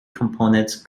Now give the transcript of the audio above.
components